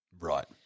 right